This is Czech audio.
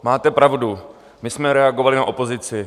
Máte pravdu, my jsme reagovali na opozici.